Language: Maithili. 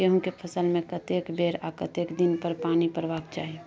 गेहूं के फसल मे कतेक बेर आ केतना दिन पर पानी परबाक चाही?